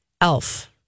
Elf